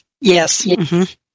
Yes